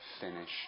finish